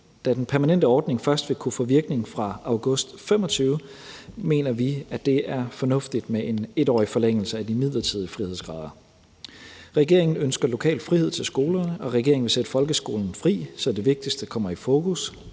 Da den permanente ordning først vil kunne få virkning fra august 2025, mener vi, at det er fornuftigt med en 1-årig forlængelse af de midlertidige frihedsgrader. Regeringen ønsker lokal frihed til skolerne, og regeringen vil sætte folkeskolen fri, så det vigtigste kommer i fokus: